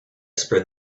spread